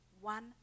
one